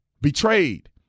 betrayed